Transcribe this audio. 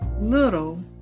little